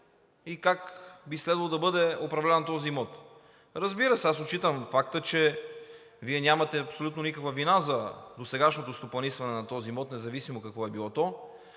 и как би следвало да бъде управляван този имот. Разбира се, аз отчитам факта, че Вие нямате абсолютно никаква вина за досегашното стопанисване на този имот, независимо какво е било то,